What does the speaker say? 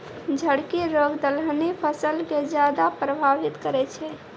झड़की रोग दलहनी फसल के ज्यादा प्रभावित करै छै